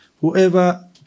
whoever